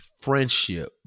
friendship